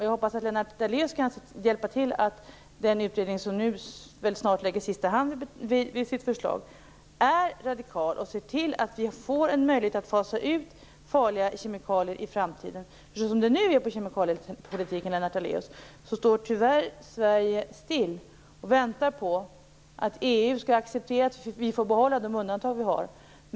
Jag hoppas att Lennart Daléus kan hjälpa till så att det förslag som utredningen nu snart lägger sista handen vid blir radikalt och ser till att vi får en möjlighet att fasa ut farliga kemikalier i framtiden. Nu är det ju så på kemikalieområdet, Lennart Daléus, att Sverige tyvärr står still och väntar på att EU skall acceptera att vi får behålla de undantag vi har.